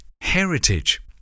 heritage